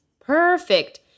Perfect